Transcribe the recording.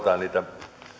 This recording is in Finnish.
niitä